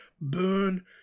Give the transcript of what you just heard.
burn